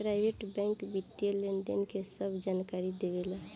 private bank वित्तीय लेनदेन के सभ जानकारी देवे ला